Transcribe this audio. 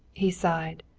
he sighed.